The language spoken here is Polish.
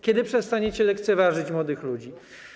Kiedy przestaniecie lekceważyć młodych ludzi?